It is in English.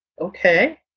okay